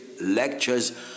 lectures